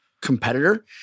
competitor